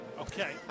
Okay